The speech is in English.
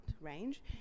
range